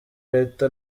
leta